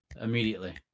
immediately